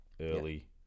early